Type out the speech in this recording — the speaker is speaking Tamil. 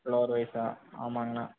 ஃப்ளோர் வைஸாக ஆமாங்கண்ணா